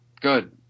Good